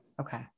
Okay